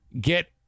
get